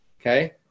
Okay